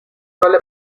رول